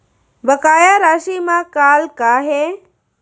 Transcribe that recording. बकाया राशि मा कॉल का हे?